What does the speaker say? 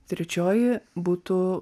trečioji būtų